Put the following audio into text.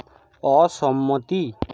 অসম্মতি